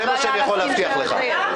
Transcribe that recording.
זה מה שאני יכול להתחייב לך.